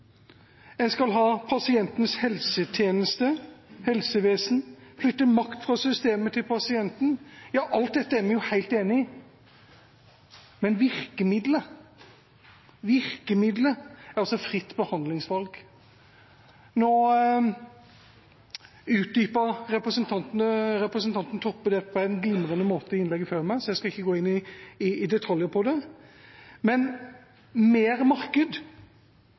En skal ha pasientens helsetjeneste, pasientens helsevesen, og flytte makt fra systemet til pasienten. Alt dette er vi helt enig i. Men virkemidlet, det er altså fritt behandlingsvalg. Nå utdypet representanten Toppe dette på en glimrende måte i innlegget før meg, så jeg skal ikke gå i detaljer på det. Men mer marked